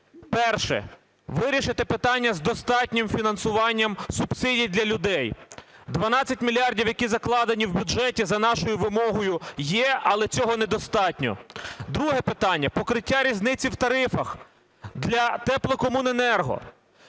Перше. Вирішити питання з достатнім фінансуванням субсидій для людей. 12 мільярдів, які закладені в бюджеті за нашою вимогою, є, але цього недостатньо. Друге питання. Покриття різниці в тарифах для теплокомуненерго.